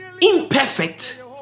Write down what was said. imperfect